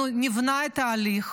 אנחנו נבנה את ההליך